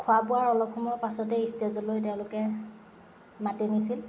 খোৱা বোৱাৰ অলপ সময়ৰ পাছতে ষ্টেজলৈ তেওঁলোকে মাতি নিছিল